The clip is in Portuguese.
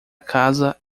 casa